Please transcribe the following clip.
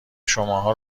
شماها